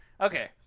Okay